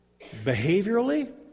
Behaviorally